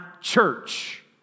church